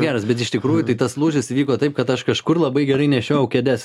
geras bet iš tikrųjų tai tas lūžis įvyko taip kad aš kažkur labai gerai nešiojau kėdes